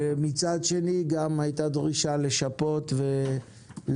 ומצד שני גם הייתה דרישה לשפות ולסייע